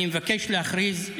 אני מבקש להכריז,